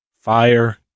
Fire